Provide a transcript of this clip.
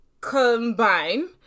combine